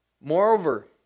Moreover